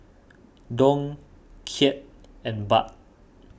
Dong Kyat and Baht